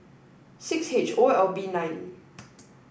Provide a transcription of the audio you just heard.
six H O L B nine